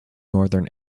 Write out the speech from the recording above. northern